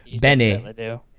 Benny